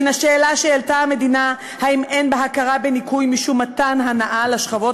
מן השאלה שהעלתה המדינה האם אין בהכרה בניכוי משום מתן הנאה לשכבות